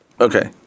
Okay